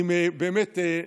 באמת,